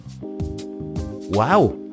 Wow